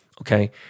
Okay